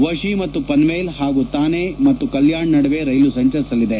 ವಶಿ ಮತ್ತು ಪನ್ವೇಲ್ ಹಾಗೂ ಥಾನೆ ಮತ್ತು ಕಲ್ಕಾಣ್ ನಡುವೆ ರೈಲು ಸಂಚರಿಸಲಿದೆ